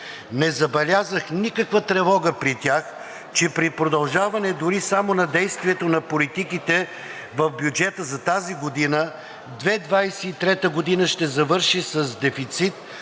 Не забелязах никаква тревога при тях, че при продължаване дори само на действието на политиките в бюджета за тази година, 2023 г. ще завърши с дефицит